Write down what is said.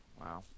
Wow